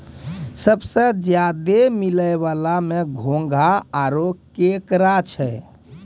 सबसें ज्यादे मिलै वला में घोंघा आरो केकड़ा छै